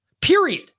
period